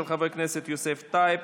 הצעות לסדר-היום מס' 2393